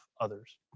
others